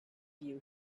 you